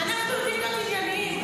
מהאופוזיציה וכמה מהקואליציה.